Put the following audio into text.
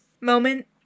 moment